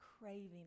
craving